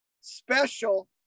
special